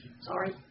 sorry